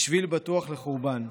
היא שביל בטוח לחורבן.